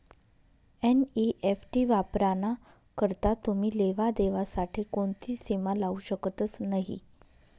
NEFT वापराना करता तुमी लेवा देवा साठे कोणतीच सीमा लावू शकतस नही